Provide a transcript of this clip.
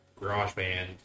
GarageBand